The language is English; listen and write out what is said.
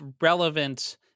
relevant